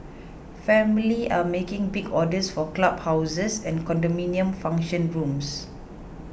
family are making big orders for club houses and condominium function rooms